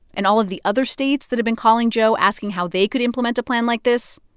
and all of the other states that had been calling joe asking how they could implement a plan like this,